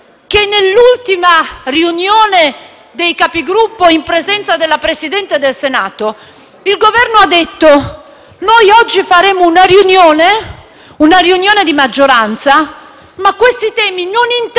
che nell'ultima riunione dei Capigruppo, in presenza del Presidente del Senato, il Governo ha detto: noi oggi faremo una riunione di maggioranza, ma questi temi non interesseranno